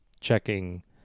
checking